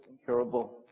incurable